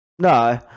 No